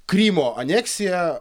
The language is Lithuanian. krymo aneksiją